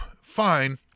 fine